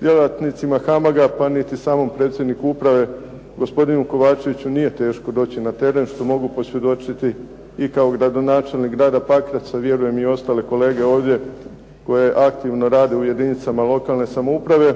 Djelatnicima "HAMAG-a" pa niti samom predsjedniku uprave, gospodinu Kovačeviću, nije teško doći na teren, što mogu posvjedočiti i kao gradonačelnik grada Pakraca, vjerujem i ostale kolege ovdje koje aktivno rade u jedinicama lokalne samouprave.